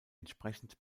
entsprechend